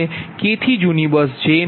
k થી જૂની બસ j